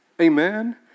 Amen